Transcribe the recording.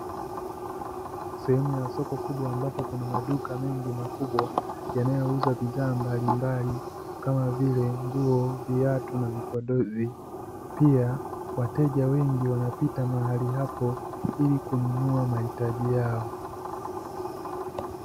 Sehemu ya soko kubwa ambapo kunamaduka mengi makubwa yanayo uza bidhaa mbalimbali kama vile nguo, viatu na vipodozi, pia wateja wengi wanapita mahali hapo ilikununua mahitaji yao.